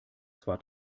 zwar